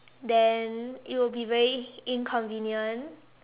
then it will be very inconvenient